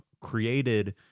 created